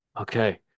Okay